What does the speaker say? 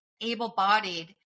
able-bodied